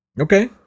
Okay